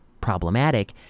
problematic